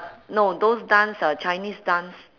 no those dance uh chinese dance